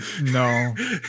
No